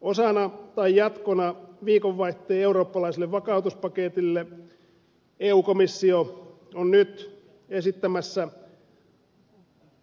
osana tai jatkona viikonvaihteen eurooppalaiselle vakautuspaketille eu komissio on nyt esittämässä